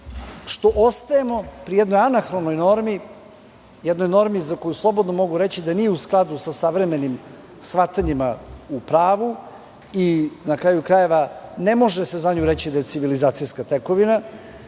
što ostajemo pri jednoj anahronoj normi, jednoj normi za koju slobodno mogu reći da nije u skladu sa savremenim shvatanjima u pravu i, na kraju krajeva, ne može se za nju reći da je civilizacijska tekovina,